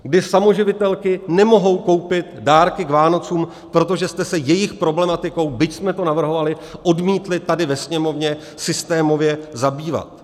Kdy samoživitelky nemohou koupit dárky k Vánocům, protože jste se jejich problematikou, byť jsme to navrhovali, odmítli tady ve Sněmovně systémově zabývat.